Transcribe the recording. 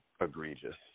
egregious